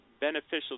beneficial